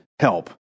help